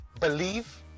believe